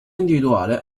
individuale